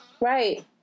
Right